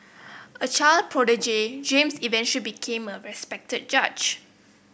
a child prodigy James eventually became a respected judge